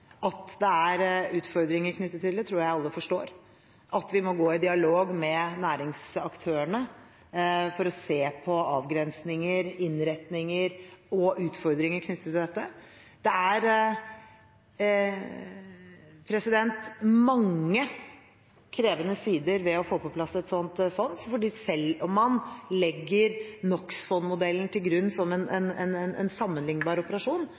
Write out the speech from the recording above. At det er utfordringer knyttet til det, tror jeg alle forstår, og at vi må gå i dialog med næringsaktørene for å se på avgrensinger, innretninger og utfordringer knyttet til dette. Det er mange krevende sider ved å få på plass et slikt fond. Selv om man legger NO x -fondmodellen til grunn som en sammenlignbar operasjon,